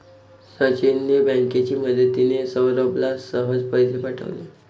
सचिनने बँकेची मदतिने, सौरभला सहज पैसे पाठवले